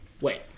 wait